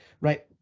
Right